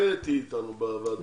את תהיי איתנו הרבה בוועדה הזו.